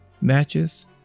matches